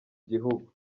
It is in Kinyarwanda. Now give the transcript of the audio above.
gihugu